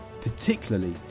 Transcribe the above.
particularly